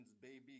baby